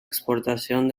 exportación